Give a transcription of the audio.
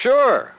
Sure